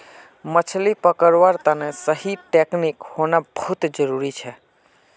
मछली पकड़वार तने सही टेक्नीक होना बहुत जरूरी छ